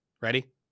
Ready